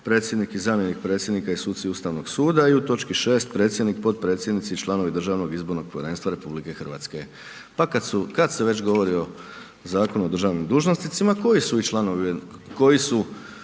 predsjednik i zamjenik predsjednika i suci Ustavnog suda i u točki 6. predsjednik, potpredsjednici i članovi DIP-a RH. Pa kad se već govori o Zakonu o državnim dužnosnicima koji su i članovi DIP-a